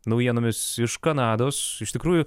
naujienomis iš kanados iš tikrųjų